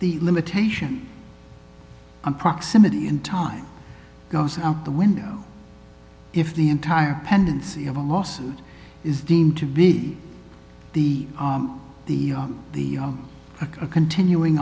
the limitation on proximity in time goes out the window if the entire pendency of a lawsuit is deemed to be the the the a continuing